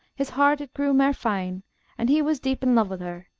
his heart it grew mair fain and he was deep in love wi' her.